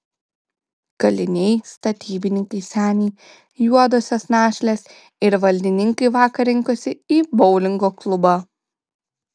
kaliniai statybininkai seniai juodosios našlės ir valdininkai vakar rinkosi į boulingo klubą